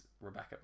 Rebecca